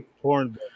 Porn